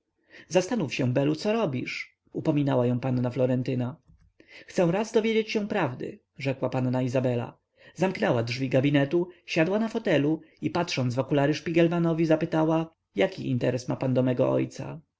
zastanów się belu co robisz upominała ją panna florentyna chcę raz dowiedzieć się prawdy rzekła panna izabela zamknęła drzwi gabinetu siadła na fotelu i patrząc w okulary szpigelmanowi zapytała jaki interes ma pan do mego ojca